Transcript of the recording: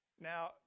Now